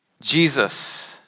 Jesus